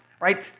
right